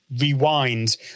rewind